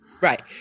Right